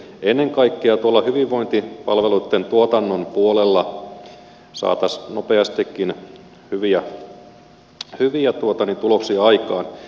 ennen kaikkea tuolla hyvinvointipalveluitten tuotannon puolella saataisiin nopeastikin hyviä tuloksia aikaan